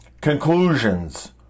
Conclusions